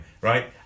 right